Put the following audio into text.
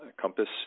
Compass